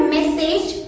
Message